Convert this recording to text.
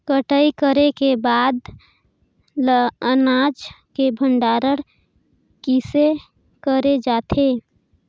कटाई करे के बाद ल अनाज के भंडारण किसे करे जाथे?